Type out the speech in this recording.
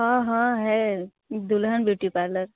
हाँ हाँ है दूल्हन ब्यूटी पार्लर